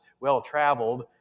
well-traveled